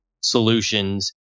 solutions